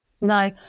No